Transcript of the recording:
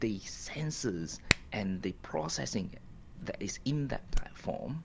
the sensors and the processing that is in that platform